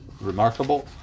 remarkable